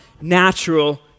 natural